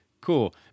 Cool